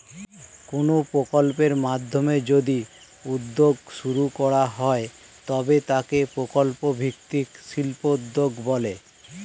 কোনো প্রকল্পের মাধ্যমে যদি উদ্যোগ শুরু করা হয় তবে তাকে প্রকল্প ভিত্তিক শিল্পোদ্যোগ বলে